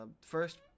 first